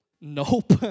Nope